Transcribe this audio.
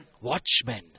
Watchmen